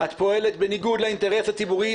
את פועלת בניגוד לאינטרס הציבורי.